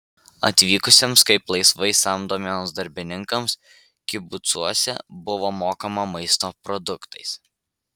atvykusiems kaip laisvai samdomiems darbininkams kibucuose buvo mokama maisto produktais